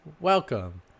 Welcome